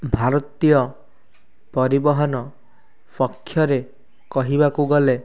ଭାରତୀୟ ପରିବହନ ପକ୍ଷରେ କହିବାକୁ ଗଲେ